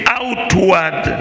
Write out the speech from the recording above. outward